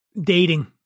dating